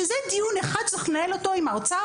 שזה דיון אחד שצריך לנהל אותו עם האוצר,